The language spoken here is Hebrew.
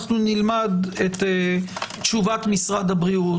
נלמד את תשובת משרד הבריאות.